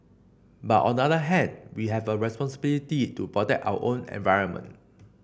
but on the other hand we have a responsibility to protect our own environment